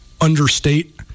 understate